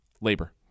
labor